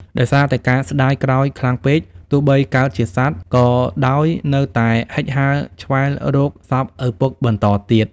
ដោយសារតែការស្ដាយក្រោយខ្លាំងពេក ទោះបីកើតជាសត្វក៏ដោយនៅតែហិចហើរឆ្វែលរកសពឪពុកបន្តទៀត។